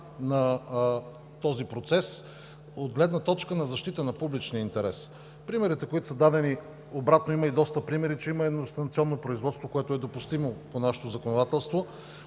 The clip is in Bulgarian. на този процес от гледна точка на защита на публичния интерес. Обратно, има и доста примери, че има едноинстанционно производство, което е допустимо по нашето законодателство,